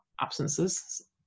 absences